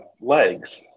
legs